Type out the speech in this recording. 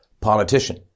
politician